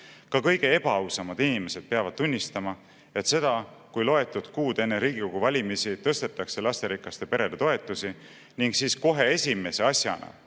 Ka kõige ebaausamad inimesed peavad tunnistama, et seda, kui loetud kuud enne Riigikogu valimisi tõstetakse lasterikaste perede toetusi ning kohe esimese asjana